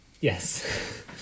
Yes